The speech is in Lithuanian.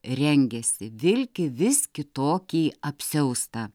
rengiasi vilki vis kitokį apsiaustą